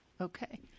Okay